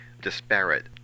disparate